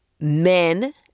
Men